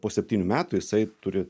po septynių metų jisai turi